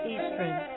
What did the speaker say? Eastern